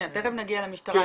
תיכף נגיע למשטרה,